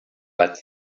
but